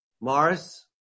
Morris